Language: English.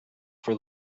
for